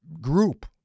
group